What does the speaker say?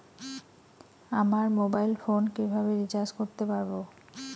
আমার mobile phone কিভাবে recharge করতে পারব?